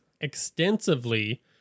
extensively